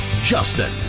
Justin